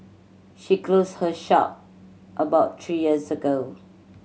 she closed her shop about three years ago